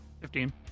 Fifteen